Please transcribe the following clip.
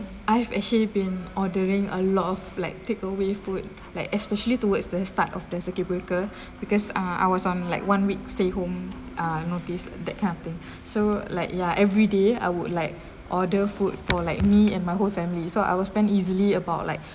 I've actually been ordering a lot of like take away food like especially towards the start of the circuit breaker because uh I was on like one week stay home uh notice that kind of thing so like ya everyday I would like order food for like me and my whole family so I will spend easily about like